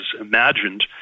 imagined